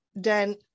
Dan